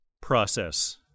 process